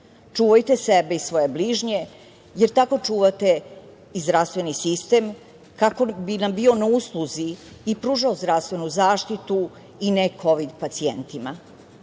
Čuvajte sebe i svoje bližnje jer tako čuvate i zdravstveni sistem kako bi nam bio na usluzi i pružao zdravstvenu zaštitu i nekovid pacijentima.I